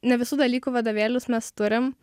ne visų dalykų vadovėlius mes turim